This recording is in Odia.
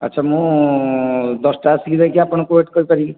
ଆଚ୍ଛା ମୁଁ ଦଶଟା ଆସିକି ଯାଇକି ଆପଣଙ୍କୁ ୱେଟ କରିପାରିବି